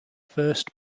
first